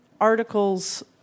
articles